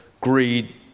greed